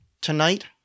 Tonight